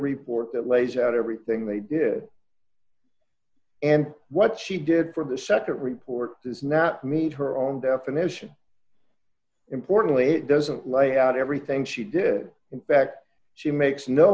report that lays out everything they did and what she did for the nd report does not meet her own definition importantly it doesn't lay out everything she did in fact she makes no